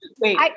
wait